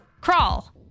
Crawl